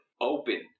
Open